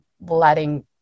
letting